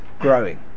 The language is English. growing